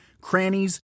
crannies